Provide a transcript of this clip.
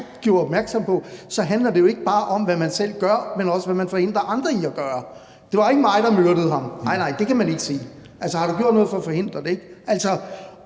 på, handler det jo ikke bare om, hvad man selv gør, men også om, hvad man forhindrer andre i at gøre. »Det var ikke mig, der myrdede ham« – nej, det kan man ikke sige at det var, men har du gjort noget for at forhindre det? Derfor